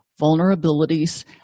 vulnerabilities